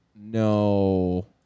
No